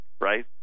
right